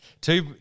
Two